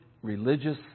religious